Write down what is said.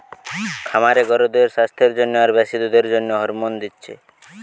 খামারে গরুদের সাস্থের জন্যে আর বেশি দুধের জন্যে হরমোন দিচ্ছে